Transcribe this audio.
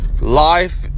Life